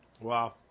Wow